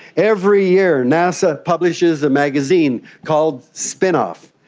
every year nasa publishes a magazine called spinoff.